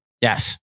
Yes